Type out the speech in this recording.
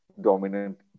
dominant